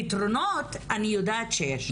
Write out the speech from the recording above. פתרונות אני יודעת שיש.